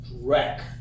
wreck